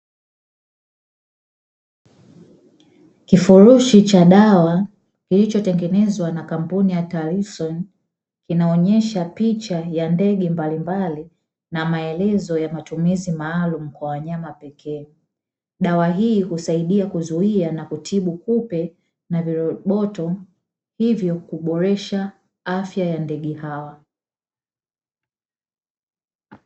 Kifurushi cha dawa kilichotengenezwa na kampuni ya taarifa kinaonyesha picha ya ndege mbalimbali na maelezo ya matumizi maalumu kwa wanyama pekee. Dawa hii husaidia kuzuia na kutibu kupe na viboto hivyo kuboresha afya ya ndege hao.